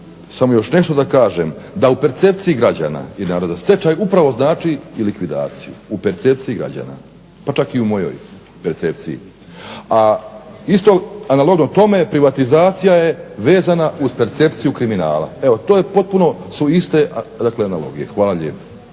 samo još nešto da kažem, da u percepciji građana i naroda stečaj upravo znači i likvidaciju, u percepciji građana pa čak i u mojoj percepciji. A isto analogno tome privatizacija je vezana uz percepciju kriminala. Evo to su potpuno iste analogije. Hvala lijepo.